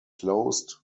closed